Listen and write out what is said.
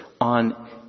on